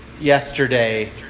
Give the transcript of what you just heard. yesterday